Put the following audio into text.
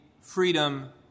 freedom